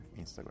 Instagram